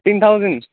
ten thousand